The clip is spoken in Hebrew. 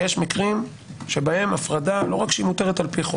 יש מקרים שבהם הפרדה לא רק שהיא מותרת על פי חוק,